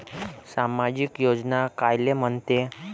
सामाजिक योजना कायले म्हंते?